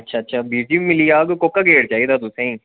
अच्छा अच्छा वीर जी मिली जाह्ग कोह्का गेट चाहिदा तुसेंगी